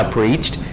preached